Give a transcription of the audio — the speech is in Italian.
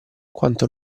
quanto